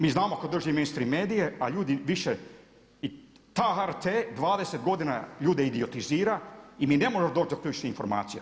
Mi znamo tko drži mainstream medije pa ljudi više, i taj HRT 20 godina ljude idiotizira i mi ne možemo doći do ključnih informacija.